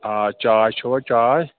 آ چاے چھُوا چاے